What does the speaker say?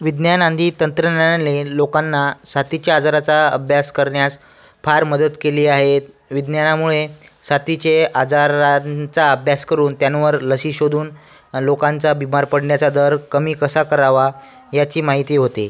विज्ञानादी तंत्रज्ञानाने लोकांना साथीच्या आजाराचा अभ्यास करण्यास फार मदत केली आहे विज्ञानामुळे साथीच्या आजारांचा अभ्यास करून त्यावर लसी शोधून लोकांचा बीमार पडण्याचा दर कमी कसा करावा याची माहिती होते